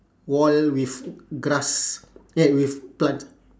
wall with grass ya with plants